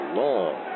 long